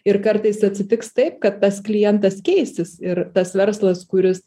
ir kartais atsitiks taip kad tas klientas keisis ir tas verslas kuris